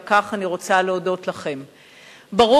ועל כך אני רוצה להודות לכם.